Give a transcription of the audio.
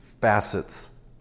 facets